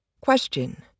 Question